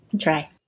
try